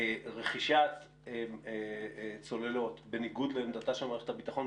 - רכישת צוללות בניגוד לעמדתה של מערכת הביטחון,